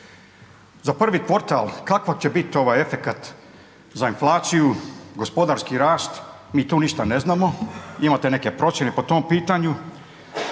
Za prvi kvartal, kakva će bit ovaj efekat za inflaciju, gospodarski rast, mi tu ništa ne znamo, imate neke procjene po tom pitanju?